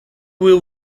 will